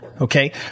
Okay